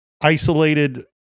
isolated